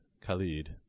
Khalid